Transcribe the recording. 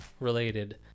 related